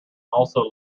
also